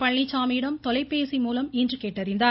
பழனிச்சாமியிடம் தொலைபேசி மூலம் இன்று கேட்டறிந்தார்